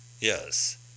Yes